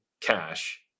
cash